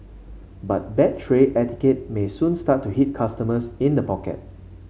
but bad tray etiquette may soon start to hit customers in the pocket